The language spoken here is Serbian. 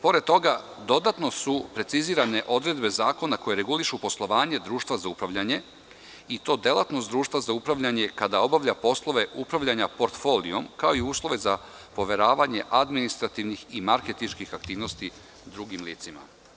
Pored toga, dodatno su precizirane odredbe zakona koje regulišu poslovanje društva za upravljanje i to delatnost društva za upravljanje kada obavlja poslove upravljanja portfolijom, kao i uslove za poveravanje administrativnih i marketinških aktivnosti drugim licima.